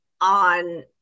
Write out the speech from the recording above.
on